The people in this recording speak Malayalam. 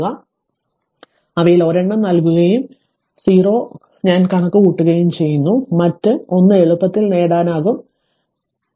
അതിനാൽ അവയിൽ ഒരെണ്ണം നൽകുകയും ഞാൻ 0 കണക്കുകൂട്ടുകയും ചെയ്യുന്നു അതിനാൽ മറ്റ് 1 എളുപ്പത്തിൽ നേടാനാകും അതിനാൽ ഞാൻ അത് മായ്ക്കട്ടെ